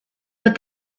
but